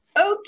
okay